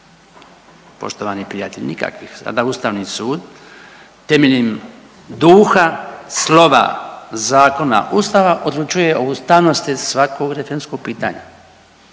poštovani prijatelji nikakvih, sada ustavni sud temeljem duha slova zakona ustava odlučuje o ustavnosti svakog referendumskog pitanja,